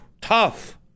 tough